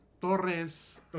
Torres